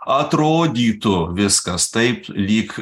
atrodytų viskas taip lyg